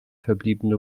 verbliebene